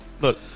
look